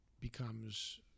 becomes